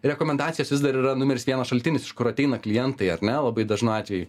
rekomendacijos vis dar yra numeris vienas šaltinis iš kur ateina klientai ar ne labai dažnu atveju